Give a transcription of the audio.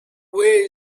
where